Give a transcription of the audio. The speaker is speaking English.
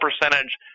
percentage